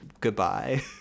goodbye